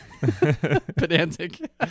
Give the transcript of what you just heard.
pedantic